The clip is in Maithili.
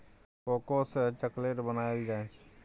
कोको सँ चाकलेटो बनाइल जाइ छै